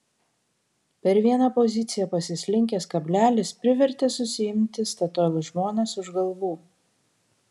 per vieną poziciją pasislinkęs kablelis privertė susiimti statoil žmones už galvų